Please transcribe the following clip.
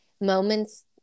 moments